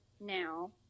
now